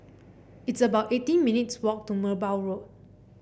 it's about eighteen minutes' walk to Merbau Road